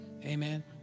Amen